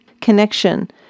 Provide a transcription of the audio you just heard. connection